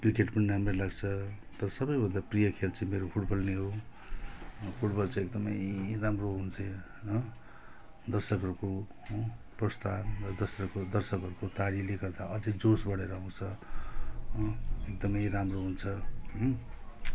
cricket पनि राम्रै लाग्छ तर सबैभन्दा प्रिय खेल चाहिँ मेरो फुटबल नै हो फुटबल चाहिँ एकदमै राम्रो हुन्छ दर्शकहरूको प्रस्ताव दर्शक दर्शकहरूको तालीले गर्दा अझै जोस बढेर आउँछ एकदमै राम्रो हुन्छ